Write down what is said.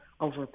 over